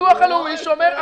הביטוח הלאומי שומר.